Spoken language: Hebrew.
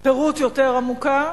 פירוט יותר עמוקה,